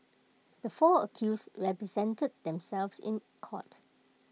the four accused represented themselves in court